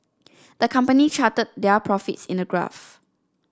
the company charted their profits in a graph